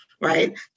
right